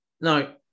no